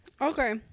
Okay